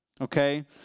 okay